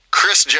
Chris